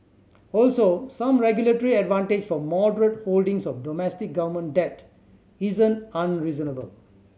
also some regulatory advantage for moderate holdings of domestic government debt isn't unreasonable